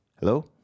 Hello